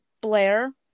Blair